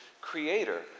creator